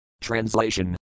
Translation